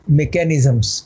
mechanisms